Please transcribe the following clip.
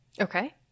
Okay